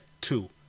two